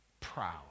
proud